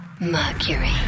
Mercury